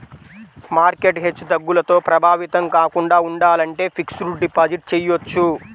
market హెచ్చుతగ్గులతో ప్రభావితం కాకుండా ఉండాలంటే ఫిక్స్డ్ డిపాజిట్ చెయ్యొచ్చు